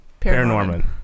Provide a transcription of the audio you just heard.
Paranorman